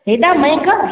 हेॾा महांगा